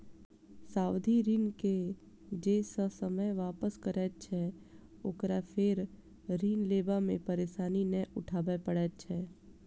सावधि ऋण के जे ससमय वापस करैत छै, ओकरा फेर ऋण लेबा मे परेशानी नै उठाबय पड़ैत छै